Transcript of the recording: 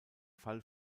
fall